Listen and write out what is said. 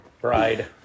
Bride